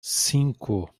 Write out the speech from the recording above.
cinco